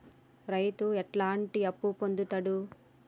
రైతు ఎట్లాంటి అప్పు పొందుతడు?